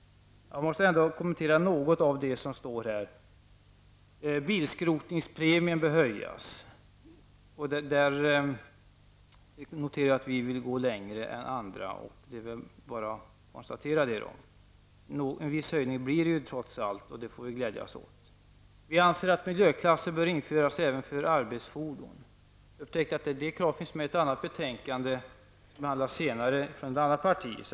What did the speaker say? Jag måste ändå kommentera några punkter. Bilskrotningspremien bör höjas. Jag noterar att vi här vill gå längre än de andra. Det kan man väl bara konstatera. En viss höjning blir det trots allt, och det får vi glädjas åt. Vi anser att miljöklasser bör införas även för arbetsfordon. Det kravet finns med även i ett förslag från ett annat parti vilket behandlas i ett annat betänkande.